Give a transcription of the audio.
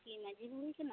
ᱟᱢ ᱠᱤ ᱢᱟᱹᱡᱷᱤ ᱵᱩᱲᱦᱤ ᱠᱟᱱᱟᱢ